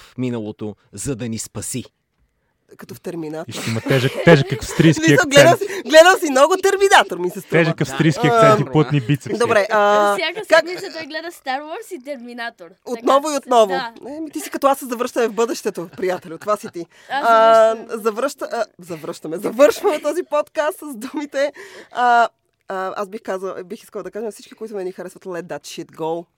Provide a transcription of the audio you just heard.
миналото, за да ни спаси. Като в Терминатор. И ще има тежък- тежък австрийски Мисля, акцент. гледал си- гледал си много Терминатор, ми се струва. Тежък австрийски Да. акцент и Ам, плътни бицепси. добре, а, Е, всяка как- седмица той гледа Star Wars и Терминатор. Отново Така и се- отново. да. Е, ми ти си като аз се завръщаме в бъдещето, приятелю. Това си ти. Аз Ам, завръщам- завръща- а, завръщаме. Завършваме този подкаст с думите. А, а, аз бих казала- бих искала да кажа на всички, които ме ни харесват, let that shit go.